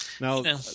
Now